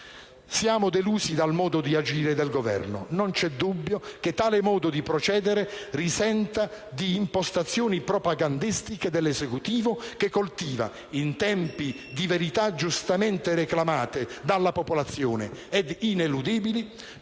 Siamo delusi dal modo di agire del Governo. Non c'è dubbio che tale modo di procedere risenta di impostazioni propagandistiche dell'Esecutivo che, in tempi di verità giustamente reclamate dalla popolazione ed ineludibili,